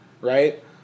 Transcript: right